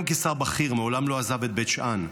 גם כשר בכיר מעולם לא עזב את בית שאן,